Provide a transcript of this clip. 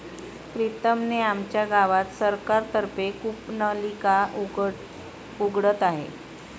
प्रीतम ने आमच्या गावात सरकार तर्फे कूपनलिका उघडत आहे